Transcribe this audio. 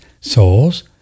souls